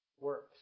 works